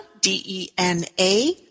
D-E-N-A